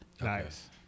Nice